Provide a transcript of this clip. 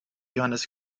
johannes